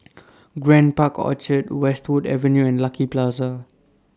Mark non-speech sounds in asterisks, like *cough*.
*noise* Grand Park Orchard Westwood Avenue and Lucky Plaza